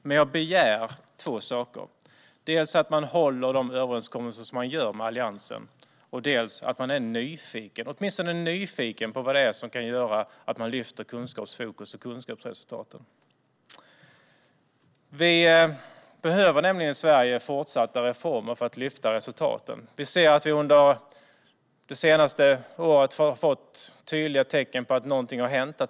Men jag begär två saker: dels att man håller de överenskommelser man gör med Alliansen, dels att man åtminstone är nyfiken på vad det är som kan göra att man lyfter kunskapsfokus och kunskapsresultat. Vi behöver nämligen fortsatta reformer i Sverige för att lyfta resultaten. Under det senaste året har vi sett tydliga tecken på att någonting har hänt.